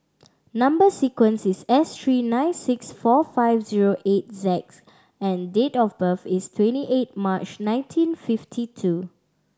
number sequence is S three nine six four five zero eight Z and date of birth is twenty eight March nineteen fifty two